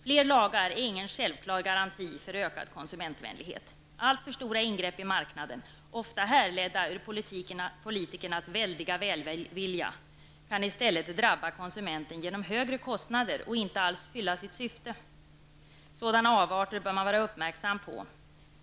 Fler lagar är ingen självklar garanti för ökad konsumentvänlighet. Alltför stora ingrepp i marknaden -- ofta härledda ur politikernas väldiga välvilja -- kan i stället drabba konsumenten genom högre kostnader och inte alls fylla sitt syfte. Sådana avarter bör man vara uppmärksam på.